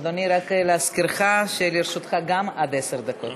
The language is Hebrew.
אדוני, רק להזכירך שגם לרשותך עד עשר דקות.